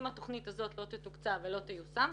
אם התוכנית הזאת לא תתוקצב ולא תיושם,